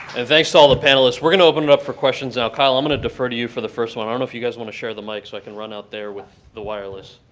and thanks to all the panelists. we're going to open it up for questions now. kyle, i'm going to defer to you for the first one. i don't know if you guys want to share the mic so i can run out there with the wireless.